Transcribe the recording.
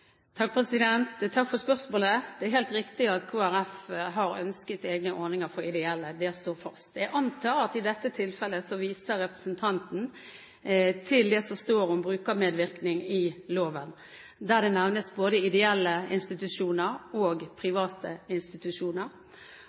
Takk for spørsmålet. Det er helt riktig at Kristelig Folkeparti har ønsket egne ordninger for ideelle aktører. Det står fast. Jeg antar at i dette tilfellet viser representanten til det som står om brukermedvirkning i loven, der det nevnes både ideelle institusjoner og private institusjoner.